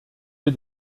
wir